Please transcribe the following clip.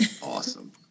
Awesome